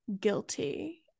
guilty